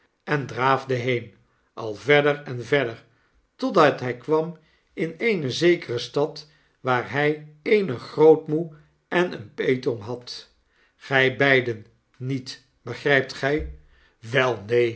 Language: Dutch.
en draafde heen al verder en verder totdat hij kwam in eene zekere stad waar hij eene grootmoe en een peetoom had gij beiden niet begrijpt gij wel neen